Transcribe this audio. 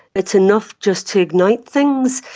it's enough just to ignite things.